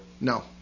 no